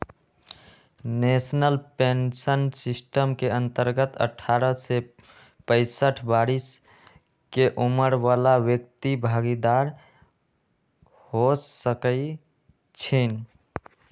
national pension system के अंतर्गत अठारह से पैंसठ बरिश के उमर बला व्यक्ति भागीदार हो सकइ छीन्ह